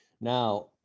Now